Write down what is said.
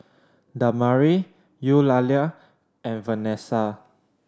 Damari Eulalia and Venessa